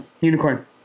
Unicorn